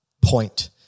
point